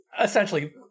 Essentially